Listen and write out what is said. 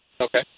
Okay